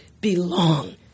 belong